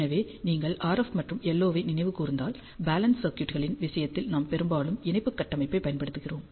எனவே நீங்கள் RF மற்றும் LO ஐ நினைவு கூர்ந்தால் பேலன்ஸ் சர்க்யூட்களின் விஷயத்தில் நாம் பெரும்பாலும் இணைப்பு கட்டமைப்பைப் பயன்படுத்துகிறோம்